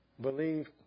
believe